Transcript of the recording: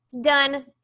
done